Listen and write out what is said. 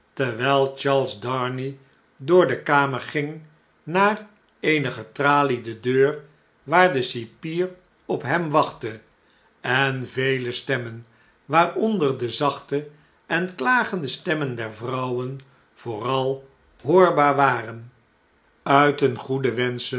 terwijl charles darnay door de kamer ging naar eene getraliede deur waar de cipier op hem wachtte en vele stemmen waaronder de zachte en klagende stemmen der vrouwen vooral hoorbaar waren